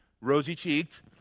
rosy-cheeked